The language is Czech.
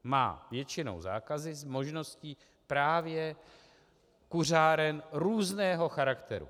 Má většinou zákazy s možností právě kuřáren různého charakteru.